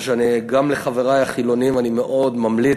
גם לחברי החילונים אני מאוד ממליץ: